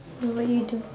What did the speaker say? then what you do